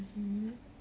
mmhmm